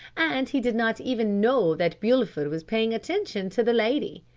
and he did not even know that bulford was paying attention to the lady.